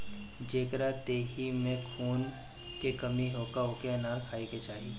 जेकरी देहि में खून के कमी होखे ओके अनार खाए के चाही